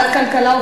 ועדת הכלכלה.